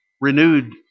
Renewed